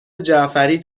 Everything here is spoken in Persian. جعفری